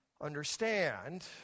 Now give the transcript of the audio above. understand